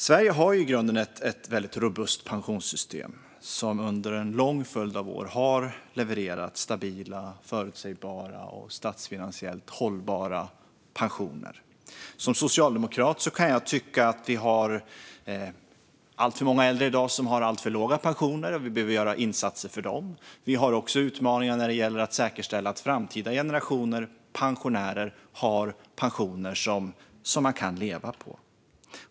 Sverige har i grunden ett robust pensionssystem som under en lång följd av år har levererat stabila, förutsägbara och statsfinansiellt hållbara pensioner. Som socialdemokrat kan jag tycka att vi har alltför många äldre i dag som har alltför låga pensioner och som vi behöver insatser för. Vi har också utmaningar när det gäller att säkerställa att framtida generationer pensionärer får pensioner som går att leva på.